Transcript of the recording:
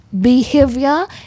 behavior